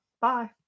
Bye